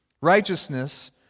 Righteousness